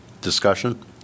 Discussion